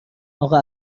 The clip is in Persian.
اقا